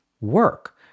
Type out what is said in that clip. work